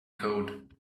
coat